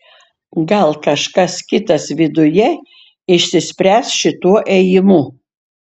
gal kažkas kitas viduje išsispręs šituo ėjimu